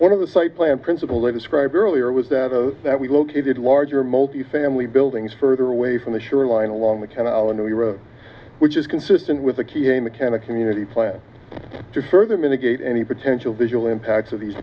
one of the site plan principles they described earlier was that of that we located larger multifamily buildings further away from the shoreline along the canal and we were which is consistent with a key a mechanic community plan to further mitigate any potential visual impacts of these